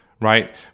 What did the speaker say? right